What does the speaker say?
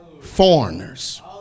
foreigners